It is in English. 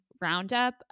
roundup